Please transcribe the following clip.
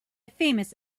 famous